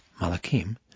Malachim